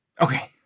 Okay